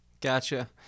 Gotcha